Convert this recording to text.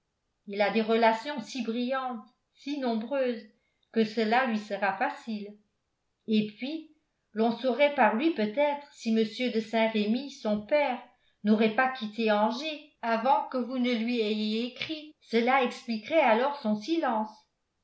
il a des relations si brillantes si nombreuses que cela lui sera facile et puis l'on saurait par lui peut-être si m de saint-remy son père n'aurait pas quitté angers avant que vous ne lui ayez écrit cela expliquerait alors son silence